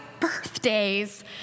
birthdays